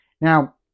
now